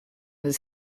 the